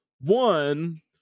One